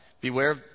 Beware